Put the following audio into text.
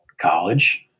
college